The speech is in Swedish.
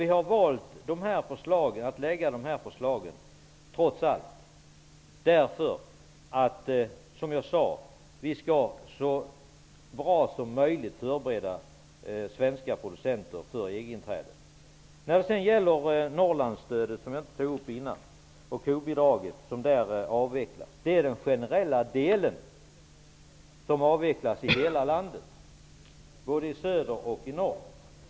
Vi har valt att lägga fram dessa förslag trots allt, därför att vi så bra som möjligt skall förbereda svenska producenter för EG-inträdet. Jag tog inte upp Norrlandsstödet och avvecklingen av kobidraget tidigare. Det är den generella delen som avvecklas i hela landet, både i söder och i norr.